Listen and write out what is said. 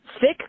thick